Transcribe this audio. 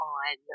on